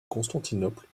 constantinople